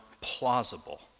plausible